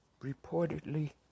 reportedly